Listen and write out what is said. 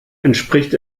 entspricht